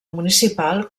municipal